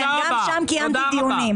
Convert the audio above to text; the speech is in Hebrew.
בסוגיה הזאת יש ציפייה מאוד גדולה ברחוב,